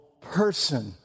person